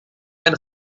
ein